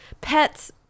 Pets